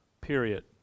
period